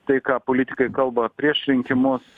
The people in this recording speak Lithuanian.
tai ką politikai kalba prieš rinkimus